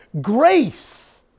grace